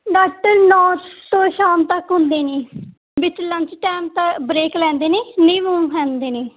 doctor ਨੌਂ ਤੋਂ ਸ਼ਾਮ ਤੱਕ ਹੁੰਦੇ ਨੇ ਵਿੱਚ ਲੰਚ ਟੈਮ ਤਾਂ ਬ੍ਰੇਕ ਲੈਂਦੇ ਨੇ ਨੇ